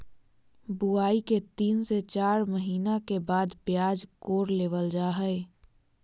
बुआई के तीन से चार महीना के बाद प्याज कोड़ लेबल जा हय